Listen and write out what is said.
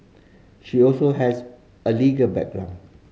she also has a legal background